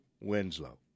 Winslow